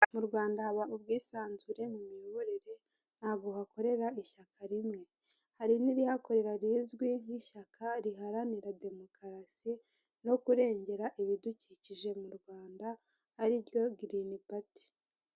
Mu Rwanda haba ubwisanzure mu miyoborere ntabwo hakorera ishyaka rimwe. Hari n'irihakorera rizwi nk'ishyaka riharanira demokarasi no kurengera ibidukikije mu Rwanda ari ryo Girini Pati.